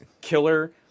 killer